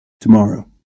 tomorrow